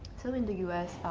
so in the us,